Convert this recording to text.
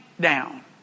down